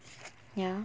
ya